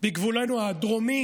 בגבולנו הדרומי